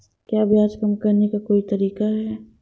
क्या ब्याज कम करने का कोई तरीका है?